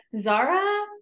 Zara